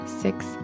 six